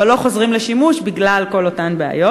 אבל לא חוזרים לשימוש בגלל כל אותן בעיות?